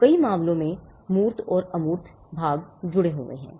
तो कई मामलों में जो मूर्त और अमूर्त भाग जुड़े हुए हैं